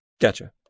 Gotcha